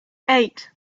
eight